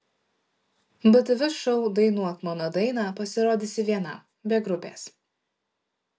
btv šou dainuok mano dainą pasirodysi viena be grupės